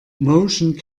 motion